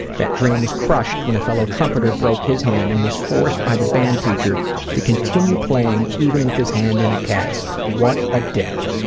that dream was crushed when a fellow trumpeter broke his hand and was forced by the band teacher to keep playing, even with his hand in a cast. what a dick.